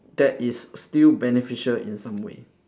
that is still beneficial in some way